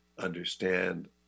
understand